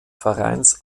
vereins